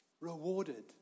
rewarded